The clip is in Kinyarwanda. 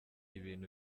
ibintu